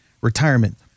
retirement